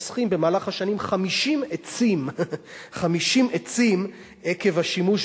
במהלך השנים אנחנו חוסכים גם 50 עצים עקב השימוש